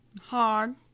hard